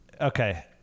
Okay